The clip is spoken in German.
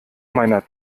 meiner